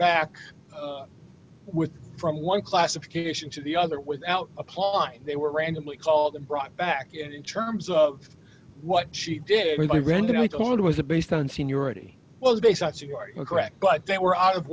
back with from one classification to the other without applying they were randomly called and brought back in terms of what she did everybody randomly told was a based on seniority was based on so you are incorrect but they were out of